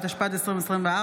התשפ"ה 2024,